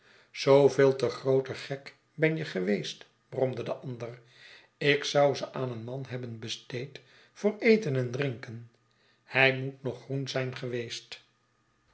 zooveel te grooter gek ben je geweest bromde de ander ik zou ze aan een man hebben besteed voor eten en drinken hij moet nog groen zijn geweest